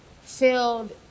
filled